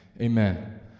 amen